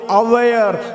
aware